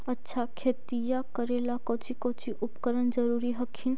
अच्छा खेतिया करे ला कौची कौची उपकरण जरूरी हखिन?